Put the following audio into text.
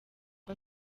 ngo